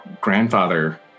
grandfather